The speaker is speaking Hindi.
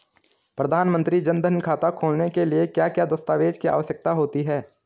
प्रधानमंत्री जन धन खाता खोलने के लिए क्या क्या दस्तावेज़ की आवश्यकता होती है?